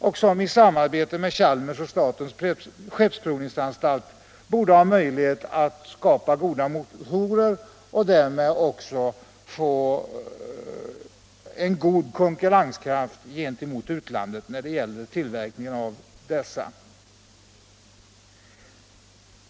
De borde i samarbete med Chalmers och statens skeppsprovningsanstalt ha möjlighet att producera goda motorer och att bli konkurrenskraftiga gentemot utlandet på det området.